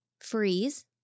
freeze